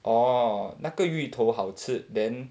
orh 那个芋头好吃 then